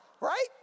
right